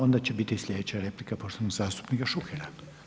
Onda će biti sljedeća replika poštovanog zastupnika Šukera.